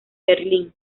berlín